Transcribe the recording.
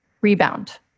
rebound